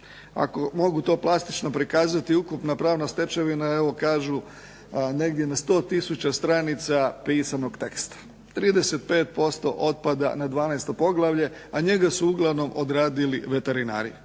Ako mogu to plastično prikazati ukupna pravna stečevina, evo kažu negdje na 100 tisuća stranica pisanog teksta, 35% otpada na 12. poglavlje, a njega su uglavnom odradili veterinari,